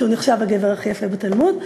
שהוא נחשב הגבר הכי יפה בתלמוד.